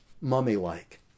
mummy-like